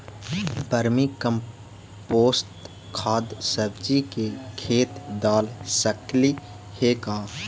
Vermi compost खाद सब्जी के खेत दाल सकली हे का?